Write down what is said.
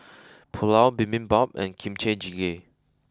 Pulao Bibimbap and Kimchi Jjigae